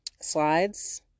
slides